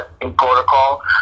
protocol